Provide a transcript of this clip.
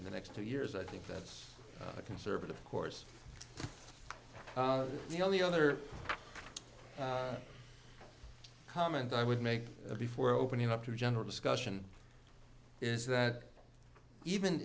in the next two years i think that's a conservative course the only other comment i would make before opening up to a general discussion is that even